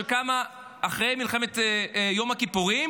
שקמה אחרי מלחמת יום הכיפורים,